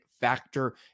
Factor